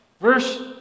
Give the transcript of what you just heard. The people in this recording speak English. Verse